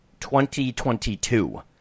2022